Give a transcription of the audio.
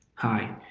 hi,